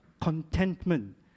contentment